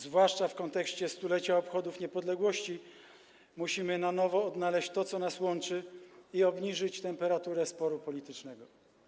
Zwłaszcza w kontekście obchodów 100-lecia odzyskania niepodległości musimy na nowo odnaleźć to, co nas łączy, i obniżyć temperaturę sporu politycznego.